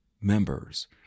members